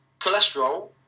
cholesterol